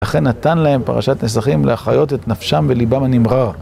ולכן נתן להם פרשת נסחים להחיות את נפשם וליבם הנמרר.